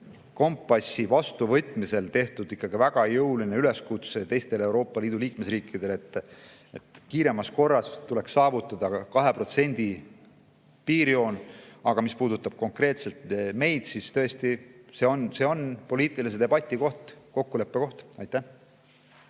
kompassi vastuvõtmisel tehtud väga jõuline üleskutse teistele Euroopa Liidu liikmesriikidele, et kiiremas korras tuleks saavutada 2% piirjoon. Aga mis puudutab konkreetselt meid, siis tõesti, see on poliitilise debati koht, kokkuleppe koht. Aitäh